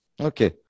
Okay